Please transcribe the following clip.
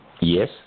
Yes